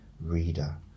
reader